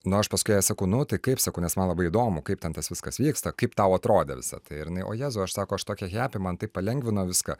nu aš paskui jai sako nu tai kaip sakau nes man labai įdomu kaip ten tas viskas vyksta kaip tau atrodė visa tai ir jinai o jėzau aš sakau aš tokia happy man taip palengvino viską